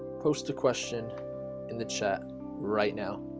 post a question in the chat right now